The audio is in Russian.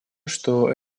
что